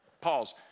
pause